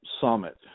Summit